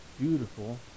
beautiful